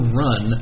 run